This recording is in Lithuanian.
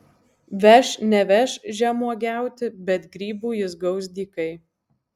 veš neveš žemuogiauti bet grybų jis gaus dykai